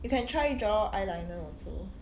you can try draw eyeliner also